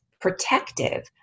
protective